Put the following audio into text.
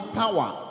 power